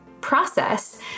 process